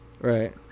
Right